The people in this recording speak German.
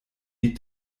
die